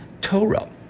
Torah